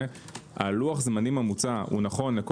לוח הזמנים המוצע הוא נכון לגבי כל